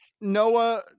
Noah